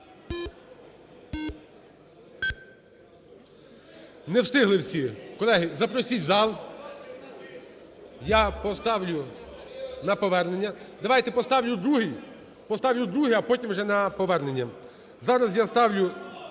Не встигли всі. Колеги, запросіть в зал. Я поставлю на повернення. Давайте поставлю другий, а потім вже на повернення. Зараз я ставлю